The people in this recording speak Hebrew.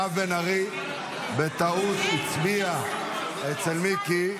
הצבעתי בטעות אצל מיקי.